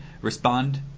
respond